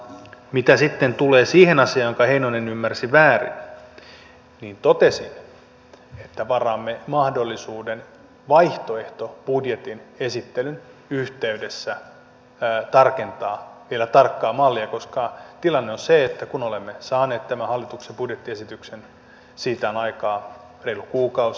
mitä sitten tulee siihen asiaan jonka heinonen ymmärsi väärin niin totesin että varaamme mahdollisuuden vaihtoehtobudjetin esittelyn yhteydessä tarkentaa vielä tarkkaa mallia koska tilanne on se että kun saimme tämän hallituksen budjettiesityksen siitä on aikaa reilu kuukausi